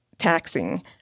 taxing